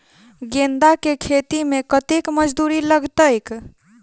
गेंदा केँ खेती मे कतेक मजदूरी लगतैक?